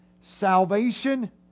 Salvation